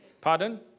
Pardon